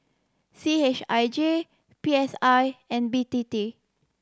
C H I J P S I and B T T